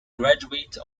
graduate